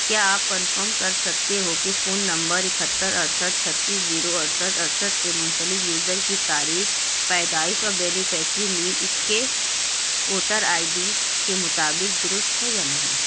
کیا آپ کنفرم کر سکتے ہو کہ فون نمبر اکہتر اڑسٹھ چھتیس زیرو اڑسٹھ اڑسٹھ سے منسلک یوزر کی تاریخِ پیدائش اور بیریفیشری نیم اس کے ووٹر آئی ڈی کے مطابق درست ہے یا نہیں